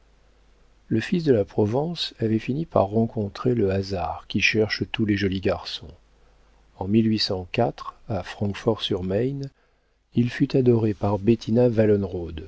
le fils de la provence avait fini par rencontrer le hasard qui cherche tous les jolis garçons en à francfort sur mein il fut adoré par